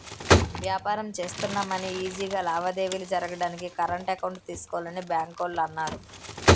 వ్యాపారం చేస్తున్నా అని ఈజీ గా లావాదేవీలు జరగడానికి కరెంట్ అకౌంట్ తీసుకోవాలని బాంకోల్లు అన్నారు